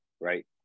right